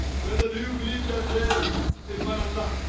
whether do you believe that there is one allah?